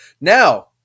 Now